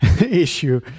issue